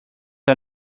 are